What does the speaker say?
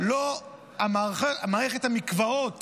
מערכת המקוואות